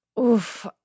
Oof